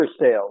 sales